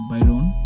Byron